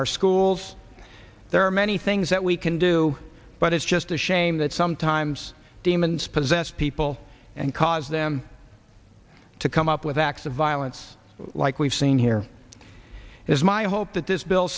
our schools there are many things that we can do but it's just a shame that sometimes demons possessed people and cause them to come up with acts of violence like we've seen here is my hope that this bill